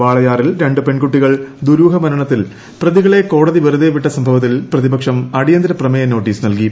വാളയാറിൽ രണ്ട് പെൺകുട്ടികളുടെ ദുരൂഹമരണത്തിൽ പ്രതികളെ കോടതി വെറുതെ വിട്ട സംഭവത്തിൽ പ്രതിപക്ഷം അടിയന്തര പ്രമേയ നോട്ടീസ് നൽകി